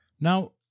Now